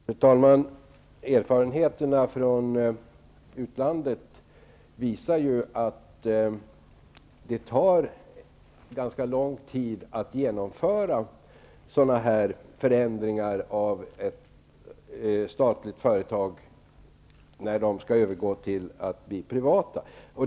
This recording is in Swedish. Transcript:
Fru talman! Erfarenheterna från utlandet visar att det tar ganska lång tid att genomföra sådana här förändringar av statliga företag, när de skall bli privata.